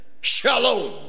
Shalom